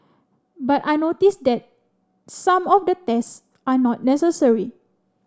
but I notice that some of the tests are not necessary